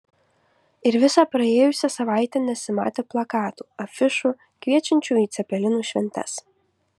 ir visą praėjusią savaitę nesimatė plakatų afišų kviečiančių į cepelinų šventes